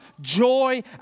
joy